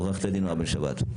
עו"ד נעה בן שבת.